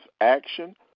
action